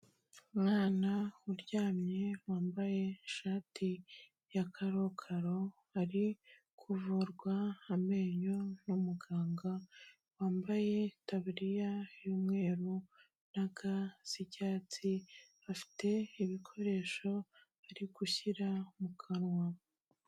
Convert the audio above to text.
Umwana uryamye wambaye ishati ya karokaro ari kuvurwa amenyo n'umuganga wambaye itaburiya y'umweru na ga z'icyatsi, bafite ibikoresho ari gushyira mu kanwa.